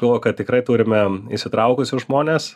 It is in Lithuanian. galvoju kad tikrai turime įsitraukusius žmones